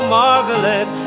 marvelous